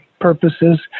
purposes